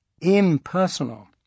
impersonal